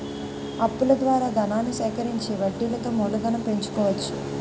అప్పుల ద్వారా ధనాన్ని సేకరించి వడ్డీలతో మూలధనం పెంచుకోవచ్చు